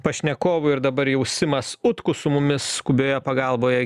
pašnekovų ir dabar jau simas utkus su mumis skubioj pagalboj